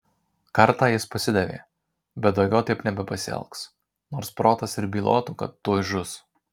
kartą jis pasidavė bet daugiau taip nebepasielgs nors protas ir bylotų kad tuoj žus